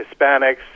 Hispanics